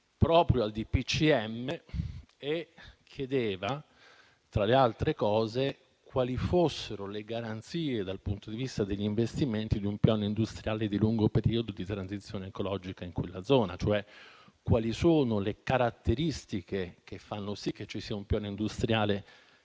febbraio 2023 e chiedeva, tra le altre cose, quali fossero le garanzie, dal punto di vista degli investimenti, di un piano industriale di lungo periodo di transizione ecologica in quella zona, cioè quali sono le caratteristiche che fanno sì che ci sia un piano industriale